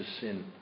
sin